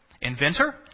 Inventor